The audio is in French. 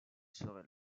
serait